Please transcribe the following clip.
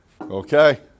Okay